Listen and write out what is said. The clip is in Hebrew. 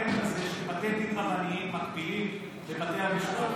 בואו נבטל את הפטנט הזה שבתי דין רבניים מקבילים לבתי המשפט,